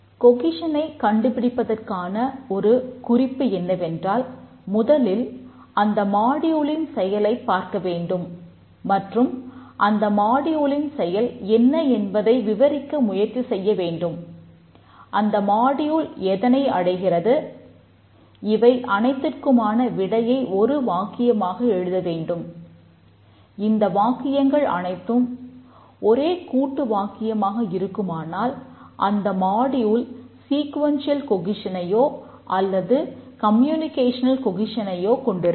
கொகிசனை கொண்டிருக்கும்